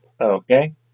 Okay